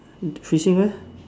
facing where